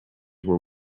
were